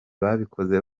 babikoze